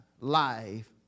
life